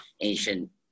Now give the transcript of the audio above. ancient